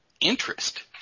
interest